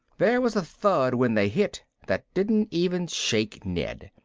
there was a thud when they hit that didn't even shake ned,